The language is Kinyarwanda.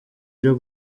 byo